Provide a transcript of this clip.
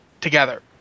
together